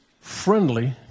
friendly